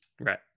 Right